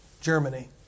Germany